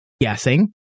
guessing